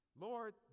Lord